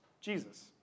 Jesus